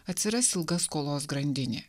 atsiras ilga skolos grandinė